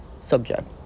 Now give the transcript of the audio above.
subject